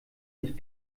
nicht